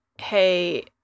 hey